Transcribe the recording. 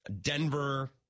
Denver